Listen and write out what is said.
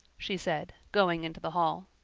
she said, going into the hall.